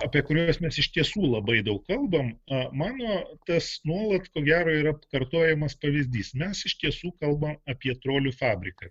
apie kuriuos mes iš tiesų labai daug kalbam mano tas nuolat ko gero yra atkartojamas pavyzdys mes iš tiesų kalbam apie trolių fabriką